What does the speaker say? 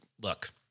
Look